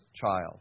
child